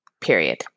Period